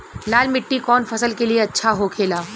लाल मिट्टी कौन फसल के लिए अच्छा होखे ला?